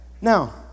now